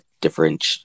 different